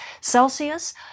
Celsius